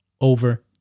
over